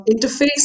interface